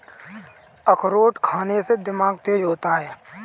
अखरोट खाने से दिमाग तेज होता है